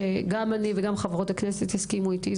שגם חברות הכנסת הסכימו אתי,